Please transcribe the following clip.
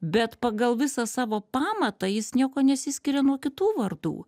bet pagal visą savo pamatą jis niekuo nesiskiria nuo kitų vardų